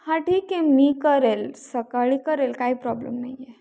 हां ठीक आहे मी करेल सकाळी करेल काही प्रॉब्लेम नाही आहे